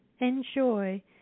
enjoy